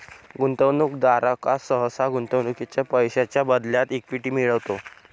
गुंतवणूकदार सहसा गुंतवणुकीच्या पैशांच्या बदल्यात इक्विटी मिळवतो